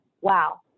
wow